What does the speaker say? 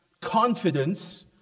Confidence